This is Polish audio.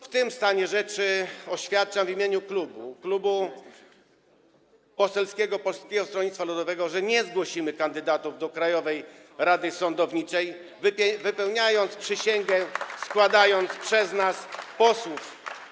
W tym stanie rzeczy oświadczam w imieniu Klubu Parlamentarnego Polskiego Stronnictwa Ludowego, że nie zgłosimy kandydatów do Krajowej Rady Sądownictwa, wypełniając przysięgę składaną przez nas, posłów.